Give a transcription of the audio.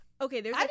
Okay